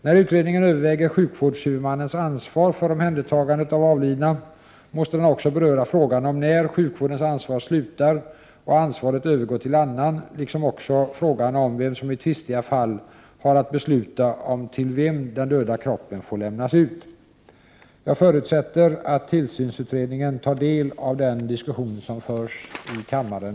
När utredningen överväger sjukvårdshuvudmannens ansvar för omhändertagandet av avlidna måste den också beröra frågan om när sjukvårdens ansvar slutar och ansvaret övergår till annan liksom också frågan om vem som i tvistiga fall har att besluta om till vem den döda kroppen får lämnas ut. Jag förutsätter att tillsynsutredningen tar del av den debatt som förs här i kammaren.